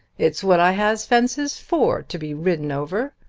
it's what i has fences for to be ridden over.